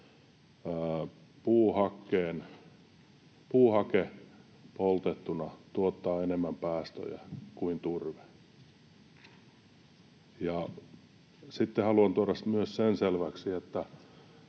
puuhake poltettuna tuottaa enemmän päästöjä kuin turve. Sitten haluan tuoda myös sen selväksi,